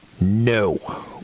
no